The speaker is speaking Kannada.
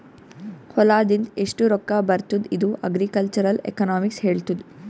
ಹೊಲಾದಿಂದ್ ಎಷ್ಟು ರೊಕ್ಕಾ ಬರ್ತುದ್ ಇದು ಅಗ್ರಿಕಲ್ಚರಲ್ ಎಕನಾಮಿಕ್ಸ್ ಹೆಳ್ತುದ್